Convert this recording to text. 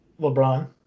LeBron